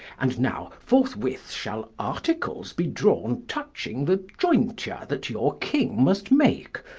and now forthwith shall articles be drawne, touching the ioynture that your king must make,